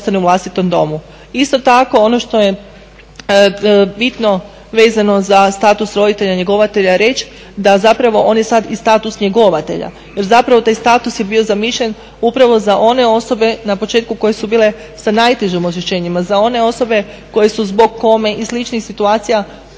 Isto tako ono što je bitno vezano za status roditelja njegovatelja reći, da zapravo on je sad i status njegovatelja jer zapravo taj status je bio zamišljen upravo za one osobe na početku koje su bile sa najtežim oštećenjima. Za one osobe koje su zbog kome i sličnih situacija doista